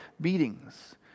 beatings